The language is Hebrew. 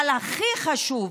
אבל הכי חשוב,